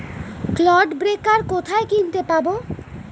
Clod breaker কোথায় কিনতে পাব?